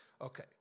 Okay